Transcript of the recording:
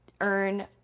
earn